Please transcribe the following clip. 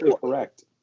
correct